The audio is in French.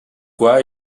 quoi